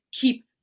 keep